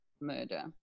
murder